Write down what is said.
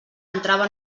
entrava